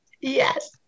Yes